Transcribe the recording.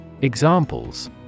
Examples